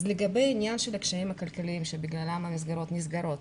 לגבי העניין של הקשיים הכלכליים שבגללם המסגרות נסגרות,